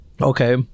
okay